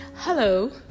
hello